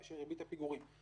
של ריבית הפיגורים.